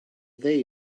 they